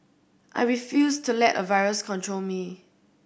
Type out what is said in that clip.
I refused to let a virus control me